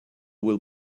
will